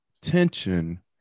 tension